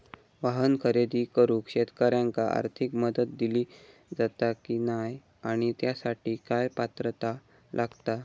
वाहन खरेदी करूक शेतकऱ्यांका आर्थिक मदत दिली जाता की नाय आणि त्यासाठी काय पात्रता लागता?